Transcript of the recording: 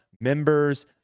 members